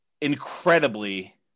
incredibly